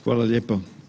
Hvala lijepo.